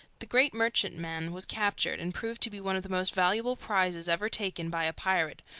the great merchantman was captured, and proved to be one of the most valuable prizes ever taken by a pirate,